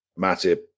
Matip